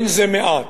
זה לא מעט.